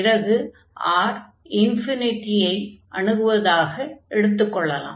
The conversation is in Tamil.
பிறகு R ஐ அணுகுவதாக எடுத்துக் கொள்ளலாம்